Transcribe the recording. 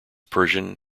persian